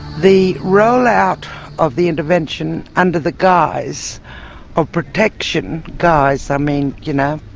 the roll-out of the intervention under the guise of protection, guise i mean you know,